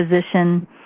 position